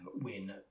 win